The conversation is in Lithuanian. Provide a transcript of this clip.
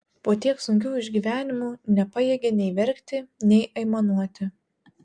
po tiek sunkių išgyvenimų nepajėgė nei verkti nei aimanuoti